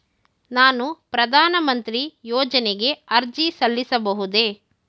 ನಾನು ಪ್ರಧಾನ ಮಂತ್ರಿ ಯೋಜನೆಗೆ ಅರ್ಜಿ ಸಲ್ಲಿಸಬಹುದೇ?